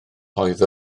oedd